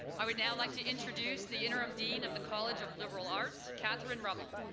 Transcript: i would now like to introduce the interim dean of the college of liberal arts, kathryn rummell.